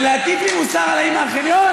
להטיף לי מוסר על ההיא מהחניון?